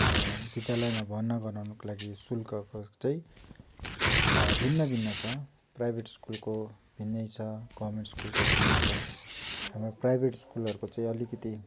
विद्यालयमा भर्ना गराउनुको लागि शुल्कको चाहिँ भिन्न भिन्न छ प्राइभेट स्कुलको भिन्न छ गभर्मेन्ट स्कुलको भिन्न छ हाम्रो प्राइभेट स्कुलहरूको चाहिँ अलिकिति